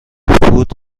فود